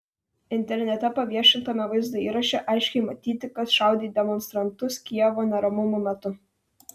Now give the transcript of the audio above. internete paviešintame vaizdo įraše aiškiai matyti kas šaudė į demonstrantus kijevo neramumų metu